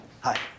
Hi